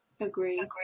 Agree